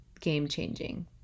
game-changing